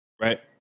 right